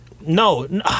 No